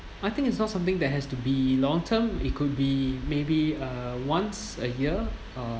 I think it's not something that has to be long term it could be maybe uh once a year uh